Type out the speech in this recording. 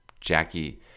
jackie